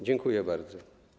Dziękuję bardzo.